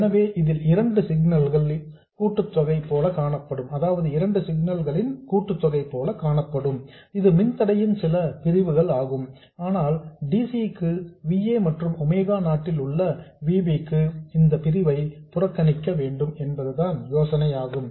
எனவே இதில் இரண்டு சிக்னல்ஸ் களின் கூட்டுத்தொகை போல காணப்படும் இது மின்தடையின் சில பிரிவுகள் ஆகும் ஆனால் dc க்கு V a மற்றும் ஒமேகா நாட் ல் V b க்கு இந்த பிரிவை புறக்கணிக்க வேண்டும் என்பதுதான் யோசனை ஆகும்